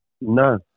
No